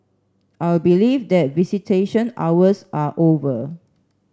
I believe that visitation hours are over